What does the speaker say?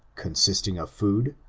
con sisting of food,